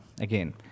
again